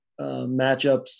matchups